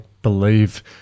believe